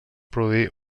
produir